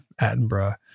Attenborough